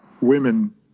women